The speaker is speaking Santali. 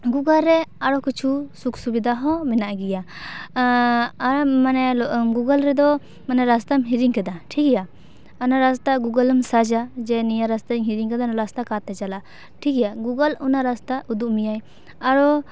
ᱜᱩᱜᱳᱞ ᱨᱮ ᱟᱨᱚ ᱠᱤᱪᱷᱩ ᱥᱩᱠ ᱥᱩᱵᱤᱫᱟ ᱦᱚᱸ ᱢᱮᱱᱟᱜ ᱜᱮᱭᱟ ᱟᱨ ᱢᱟᱱᱮ ᱜᱩᱜᱳᱞ ᱨᱮᱫᱚ ᱢᱟᱱᱮ ᱨᱟᱥᱛᱟᱢ ᱦᱤᱨᱤᱝ ᱠᱮᱫᱟ ᱴᱷᱤᱠ ᱜᱮᱭᱟ ᱚᱱᱟ ᱨᱟᱥᱛᱟ ᱜᱳᱜᱳᱞᱮᱢ ᱥᱟᱪᱟ ᱡᱮ ᱱᱤᱭᱟᱹ ᱨᱟᱥᱛᱟᱧ ᱦᱤᱨᱤᱝ ᱠᱟᱫᱟ ᱱᱚᱶᱟ ᱨᱟᱥᱛᱟ ᱚᱠᱟᱛᱮ ᱪᱟᱞᱟᱜᱼᱟ ᱴᱷᱤᱠ ᱜᱮᱭᱟ ᱜᱩᱜᱳᱞ ᱚᱱᱟ ᱨᱟᱥᱛᱟ ᱩᱫᱩᱜ ᱢᱮᱭᱟᱭ ᱟᱨᱚ